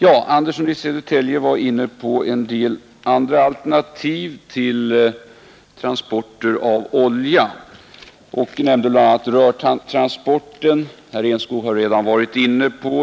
Herr Andersson i Södertälje berörde en del andra alternativ till transporter av olja och nämnde bl.a. rörtransporter. Herr Enskog har redan varit inne på